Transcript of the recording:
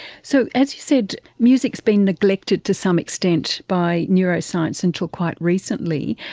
so, as you said, music has been neglected to some extent by neuroscience until quite recently.